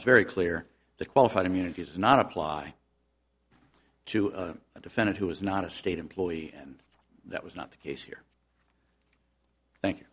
it's very clear that qualified immunity does not apply to a defendant who is not a state employee and that was not the case here thank